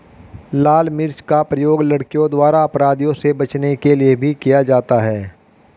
लाल मिर्च का प्रयोग लड़कियों द्वारा अपराधियों से बचने के लिए भी किया जाता है